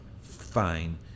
fine